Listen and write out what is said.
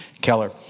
Keller